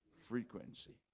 Frequency